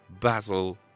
Basil